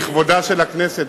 לכבודה של הכנסת,